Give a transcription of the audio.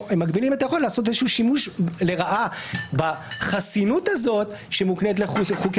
מגבילים את היכולת לעשות איזשהו שימוש לרעה בחסינות הזאת שמוקנית לחוקי